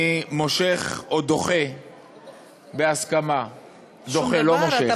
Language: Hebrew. אני מושך או דוחה בהסכמה, דוחה, לא מושך, שום דבר?